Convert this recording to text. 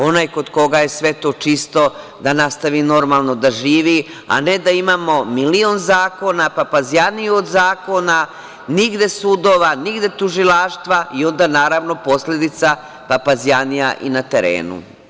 Onaj kod koga je sve to čisto, da nastavi normalno da živi, a ne da imamo milion zakona, papazjaniju od zakona, nigde sudova, nigde tužilaštva, i onda, naravno, posledica, papazjanija i na terenu.